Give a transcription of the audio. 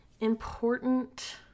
important